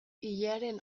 ilearen